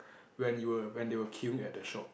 when you were when they were queuing at the shop